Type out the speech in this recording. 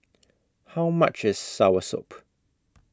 How much IS Soursop